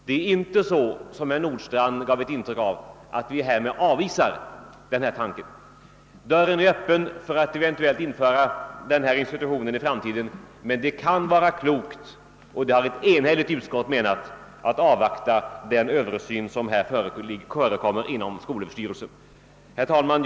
Det är inte så, som herr Nordstrandh gav ett intryck av, att vi härmed avvisar tanken. Dörren är öppen för att eventuellt införa denna institution i framtiden, men ett enigt utskott har menat att det kan vara klokt att avvakta den översyn som görs inom skolöverstyrelsen. Herr talman!